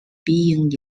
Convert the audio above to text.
being